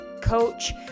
coach